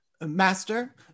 Master